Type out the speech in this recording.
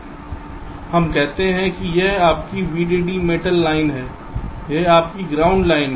हम कहते हैं कि यह आपकी VDD मेटल लाइन है यह आपकी ग्राउंड लाइन है